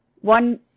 one